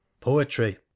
Poetry